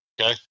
Okay